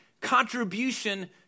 contribution